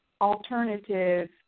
alternative